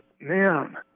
man